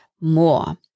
more